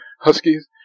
Huskies